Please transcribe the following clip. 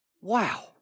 wow